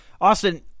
Austin